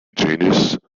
genus